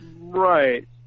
right